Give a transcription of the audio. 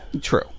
True